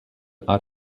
are